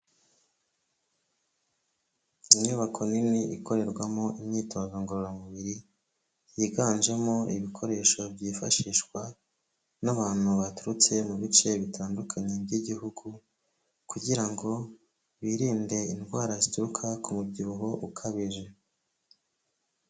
Inyubako nini ikorerwamo imyitozo ngororamubiri yiganjemo ibikoresho byifashishwa n'abantu baturutse mu bice bitandukanye by'igihugu kugira ngo birinde indwara zituruka k'umubyibuho ukabije.